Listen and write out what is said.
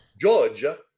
Georgia